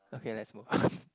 okay let's move on